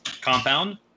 compound